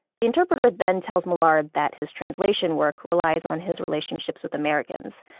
the interpreter then tells millard that his translation work relies on his relationships with americans.